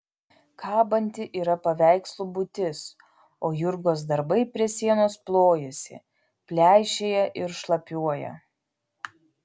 kabanti yra paveikslų būtis o jurgos darbai prie sienos plojasi pleišėja ir šlapiuoja